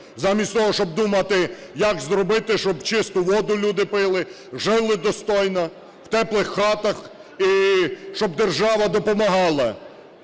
заміть того, щоб думати як зробити, щоб чисту воду люди пили, жили достойно в теплих хатах і щоб держава допомагала